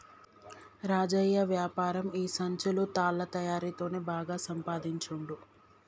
రాజయ్య వ్యాపారం ఈ సంచులు తాళ్ల తయారీ తోనే బాగా సంపాదించుండు